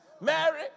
Mary